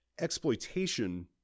exploitation